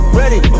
ready